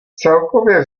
celkově